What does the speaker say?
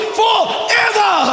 forever